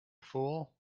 fool